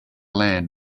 land